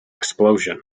explosion